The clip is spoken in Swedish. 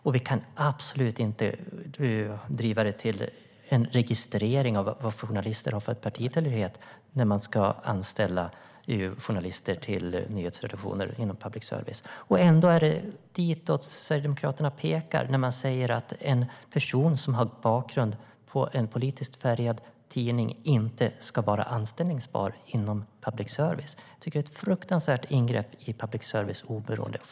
Och vi kan absolut inte driva det till att det ska ske en registrering av journalisters partitillhörighet vid anställning av journalister på nyhetsredaktioner inom public service. Ändå är det ditåt Sverigedemokraterna pekar när de säger att en person som har en bakgrund på en politiskt färgad tidning inte ska vara anställbar inom public service. Jag tycker att det är ett fruktansvärt ingrepp i public services oberoende.